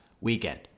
weekend